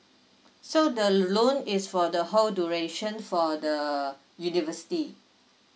so the loan is for the whole duration for the university